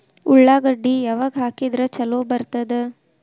ಉಳ್ಳಾಗಡ್ಡಿ ಯಾವಾಗ ಹಾಕಿದ್ರ ಛಲೋ ಬರ್ತದ?